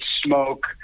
smoke